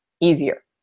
easier